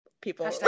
people